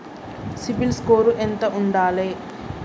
CIBIL score ఎంత ఉండాలే?